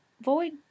void